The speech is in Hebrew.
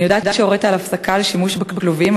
אני יודעת שהורית על הפסקה של שימוש בכלובים,